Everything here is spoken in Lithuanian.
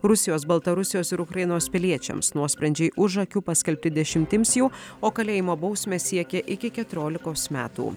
rusijos baltarusijos ir ukrainos piliečiams nuosprendžiai už akių paskelbti dešimtims jų o kalėjimo bausmės siekia iki keturiolikos metų